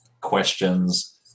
questions